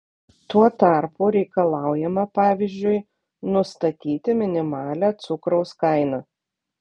tuo tarpu reikalaujama pavyzdžiui nustatyti minimalią cukraus kainą